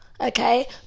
Okay